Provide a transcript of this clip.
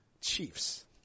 Chiefs